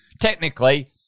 technically